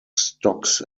stocks